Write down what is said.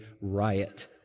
riot